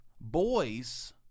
Boys